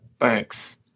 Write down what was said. Thanks